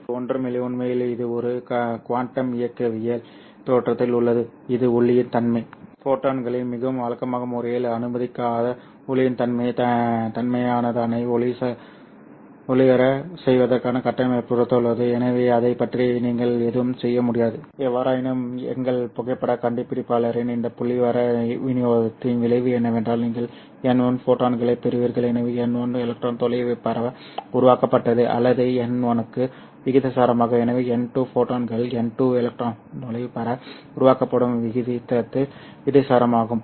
இது ஒன்றும் இல்லை உண்மையில் இது ஒரு குவாண்டம் இயக்கவியல் தோற்றத்தில் உள்ளது இது ஒளியின் தன்மை ஃபோட்டான்களை மிகவும் வழக்கமான முறையில் அனுமதிக்காத ஒளியின் தன்மை தன்னைத்தானே ஒளிரச் செய்வதற்காக கட்டமைக்கப்பட்டுள்ளது எனவே அதைப் பற்றி நீங்கள் எதுவும் செய்ய முடியாது எவ்வாறாயினும் எங்கள் புகைப்படக் கண்டுபிடிப்பாளரின் இந்த புள்ளிவிவர விநியோகத்தின் விளைவு என்னவென்றால் நீங்கள் n1 ஃபோட்டான்களைப் பெறுகிறீர்கள் எனவே n1 எலக்ட்ரான் துளை பரே உருவாக்கப்பட்டது அல்லது n1 க்கு விகிதாசாரமாகும் எனவே n2 ஃபோட்டான்கள் n2 எலக்ட்ரான் துளை பரே உருவாக்கப்படும் விகிதத்தில் விகிதாசாரமாகும்